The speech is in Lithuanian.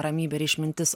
ramybė ir išmintis